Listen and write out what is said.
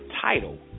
title